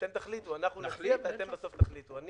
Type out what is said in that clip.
אתם בסוף תחליטו, אני